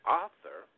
author